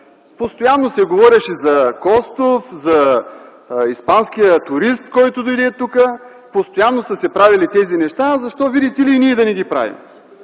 постоянно се говореше за Костов, за испанския турист, който дойде тук, постоянно са се правили тези неща и защо, видите ли, и ние да не ги правим?